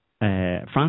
France